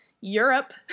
Europe